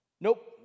Nope